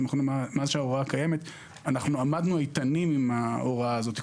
האחרונים מאז שההוראה קיימת עמדנו איתנים עם ההוראה הזאת,